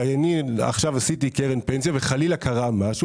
אבל אני עכשיו עשיתי קרן פנסיה וחלילה קרה משהו,